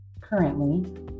currently